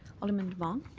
alderman demong.